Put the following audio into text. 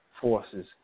forces